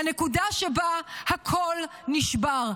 לנקודה שבה הכול נשבר.